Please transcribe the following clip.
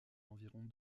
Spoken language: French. environs